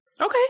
Okay